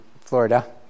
Florida